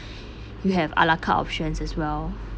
you have ala carte options as well